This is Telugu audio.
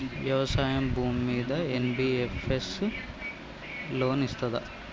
వ్యవసాయం భూమ్మీద ఎన్.బి.ఎఫ్.ఎస్ లోన్ ఇస్తదా?